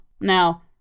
Now